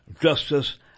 justice